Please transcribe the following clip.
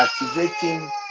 activating